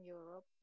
Europe